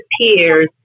peers